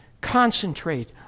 concentrate